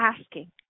asking